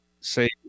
say